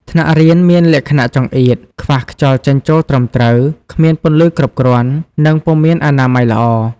ថ្នាក់រៀនមានលក្ខណៈចង្អៀត ខ្វះខ្យល់ចេញចូលត្រឹមត្រូវ គ្មានពន្លឺគ្រប់គ្រាន់ និងពុំមានអនាម័យល្អ។